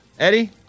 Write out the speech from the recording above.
Eddie